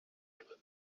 were